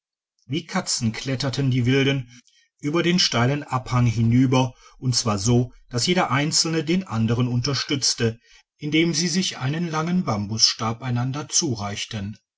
wie katzen kletterten die wilden über den steilen abhang hinüber und zwar so dass jeder einzelne den anderen unterstützte indem sie sich einen langen bambusstab einander zureichten